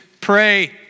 Pray